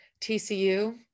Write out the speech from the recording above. TCU